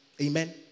Amen